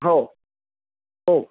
हो हो